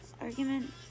argument